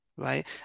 Right